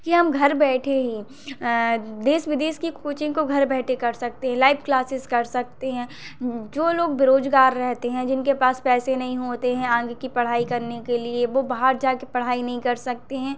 कि हम घर बैठे ही देश विदेश की कोचिंग को घर बैठे कर सकते हैं लाइव क्लासेस कर सकते हैं जो लोग बेरोजगार रहते हैं जिनके पास पैसे नहीं होते हैं आगे की पढ़ाई करने के लिए वो बाहर जाके पढ़ाई नहीं कर सकते हैं